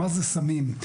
מהם סמים.